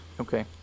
Okay